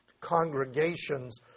congregations